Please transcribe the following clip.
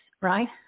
right